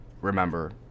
remember